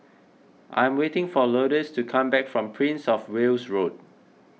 I'm waiting for Lourdes to come back from Prince of Wales Road